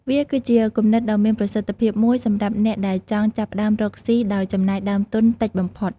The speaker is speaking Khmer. វាគឺជាគំនិតដ៏មានប្រសិទ្ធភាពមួយសម្រាប់អ្នកដែលចង់ចាប់ផ្តើមរកស៊ីដោយចំណាយដើមទុនតិចបំផុត។